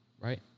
right